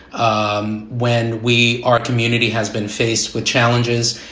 um when we are a community has been faced with challenges.